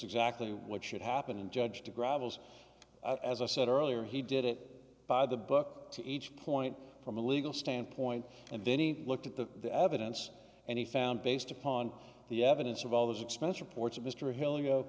exactly what should happen and judge to gravel's as i said earlier he did it by the book to each point from a legal standpoint and then he looked at the evidence and he found based upon the evidence of all those expense reports of mr avila go